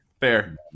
fair